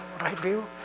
right-view